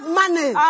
money